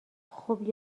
خوب